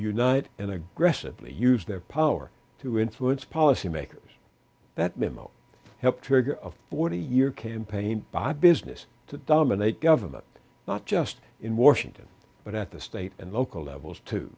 unite and aggressively use their power to influence policy makers that memo helped trigger a forty year campaign by business to dominate government not just in washington but at the state and local levels to